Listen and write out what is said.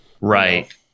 right